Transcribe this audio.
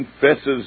confesses